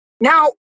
Now